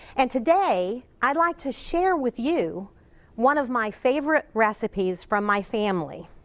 and today i'd like to share with you one of my favorite recipes from my family.